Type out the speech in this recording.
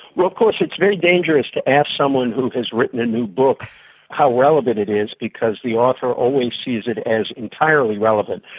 well of course it's very dangerous to ask someone who has written a new book how relevant it is because the author always sees it as entirely relevant.